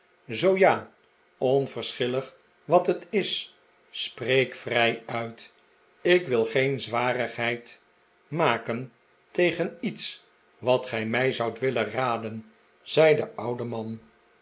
zoo ja onverschillig wat het is spreek vrij uit ik wil geen zwarigheid maken tegen iets wat gij mij zoudt willen raden zei de oude man